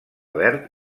verd